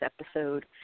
episode